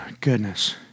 goodness